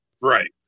Right